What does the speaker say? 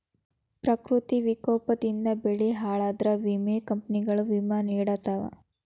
ಪ್ರಕೃತಿ ವಿಕೋಪದಿಂದ ಬೆಳೆ ಹಾಳಾದ್ರ ವಿಮಾ ಕಂಪ್ನಿಗಳು ವಿಮಾ ನಿಡತಾವ